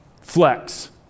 Flex